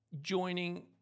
joining